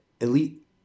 elite